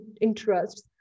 interests